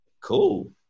Cool